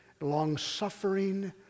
long-suffering